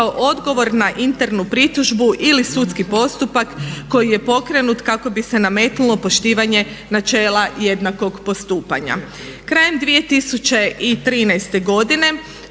kao odgovor na internu pritužbu ili sudski postupak koji je pokrenut kako bi se nametnulo poštivanje načela jednakog postupanja. Krajem 2013. godine